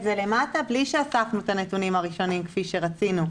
זה למטה בלי שמפיקים את הנתונים הראשונים כפי שרצינו.